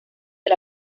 del